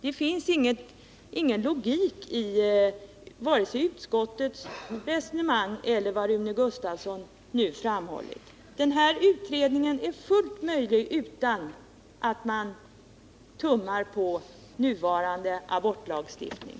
Det finns ingen logik i vare sig utskottets resonemang eller vad Rune Gustavsson nu framhållit. Den här utredningen är fullt möjlig utan att man tummar på nuvarande abortlagstiftning.